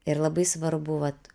ir labai svarbu vat